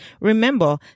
Remember